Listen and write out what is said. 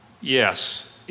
Yes